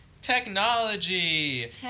technology